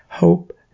Hope